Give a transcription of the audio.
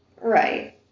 Right